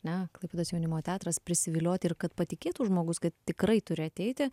ne klaipėdos jaunimo teatras prisivilioti ir kad patikėtų žmogus kad tikrai turi ateiti